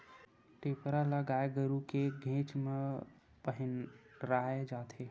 टेपरा ल गाय गरु के घेंच म पहिराय जाथे